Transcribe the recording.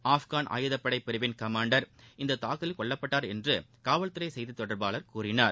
ஆப்கன் ஆயுதப்படை பிரிவின் கமாண்டர் இந்த தாக்குதலில் கொல்லப்பட்டார் என்று காவல்துறை செய்தித் தொடர்பாளர் கூறினார்